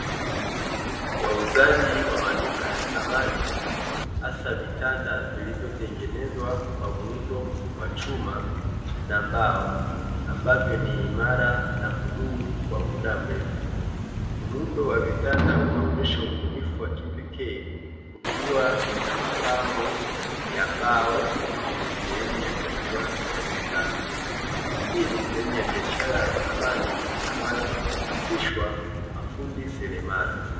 Wauzaji wa maduka ya samani, hasa vitanda vilivyotengenezwa kwa muundo wa chuma na mbao, ambavyo ni imara na hudumu kwa muda mrefu, muundo wa vitanda unaonyesha ubunifu wa kipekee ukiwa na mapambo ya mbao kwenye sehemu ya kichwa cha kitanda, hii ni sehemu ya biashara ya samani ambayo huhusishwa na mafundi seremala.